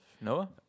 Noah